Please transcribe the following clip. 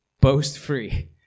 boast-free